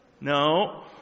No